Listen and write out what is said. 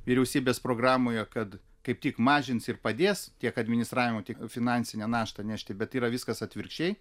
vyriausybės programoje kad kaip tik mažins ir padės tiek administravimo tiek finansinę naštą nešti bet yra viskas atvirkščiai